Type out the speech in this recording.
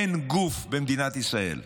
אין גוף במדינת ישראל,